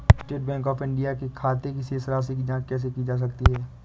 State Bank of India के खाते की शेष राशि की जॉंच कैसे की जा सकती है?